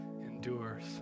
endures